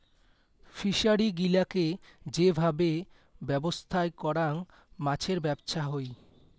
fishery গিলাকে যে ভাবে ব্যবছস্থাই করাং মাছের ব্যবছা হই